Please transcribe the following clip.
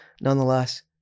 nonetheless